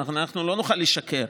ואנחנו לא נוכל לשקר.